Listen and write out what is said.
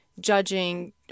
judging